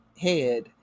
head